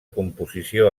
composició